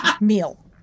meal